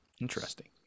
interesting